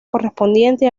correspondiente